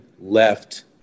left